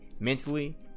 mentally